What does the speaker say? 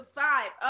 five